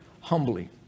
humbly